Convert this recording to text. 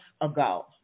ago